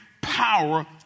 power